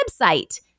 website